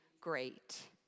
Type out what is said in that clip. great